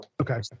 Okay